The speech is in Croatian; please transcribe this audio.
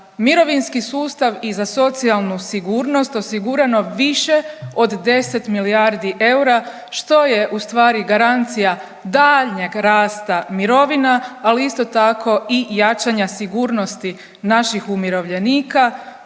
mirovinski sustav i za socijalnu sigurnost, osigurano više od 10 milijardi eura, što je u stvari garancija daljnjeg rasta mirovina ali isto tako i jačanja sigurnosti naših umirovljenika